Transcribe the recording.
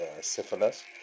syphilis